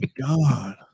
God